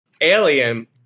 Alien